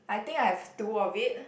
I think I have two of it